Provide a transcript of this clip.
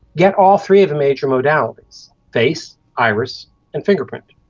get all three of the major modalities face, iris and fingerprint.